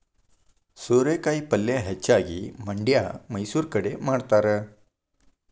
ಸೋರೆಕಾಯಿ ಪಲ್ಯೆ ಹೆಚ್ಚಾಗಿ ಮಂಡ್ಯಾ ಮೈಸೂರು ಕಡೆ ಮಾಡತಾರ